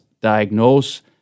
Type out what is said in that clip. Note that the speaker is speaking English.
diagnose